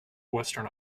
western